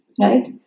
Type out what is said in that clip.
Right